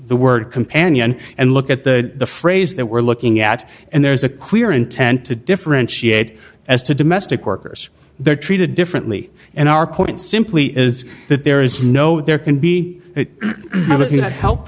the word companion and look at the phrase that we're looking at and there's a clear intent to differentiate as to domestic workers they're treated differently and our point simply is that there is no there can be